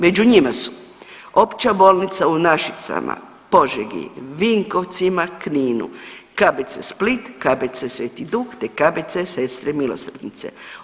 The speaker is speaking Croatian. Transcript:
Među njima su Opća bolnica u Našicama, Požegi, Vinkovcima, Kninu, KBC Split, KBC Sveti Duh, te KBC Sestre milosrdnice.